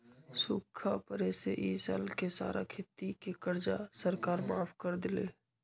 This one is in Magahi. सूखा पड़े से ई साल के सारा खेती के कर्जा सरकार माफ कर देलई